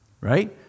Right